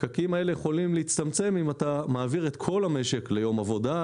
הפקקים האלה יכולים להצטמצם אם אתה מעביר את כל המשק ליום עבודה,